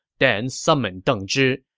then summon deng zhi.